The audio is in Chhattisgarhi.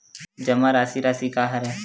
जमा राशि राशि का हरय?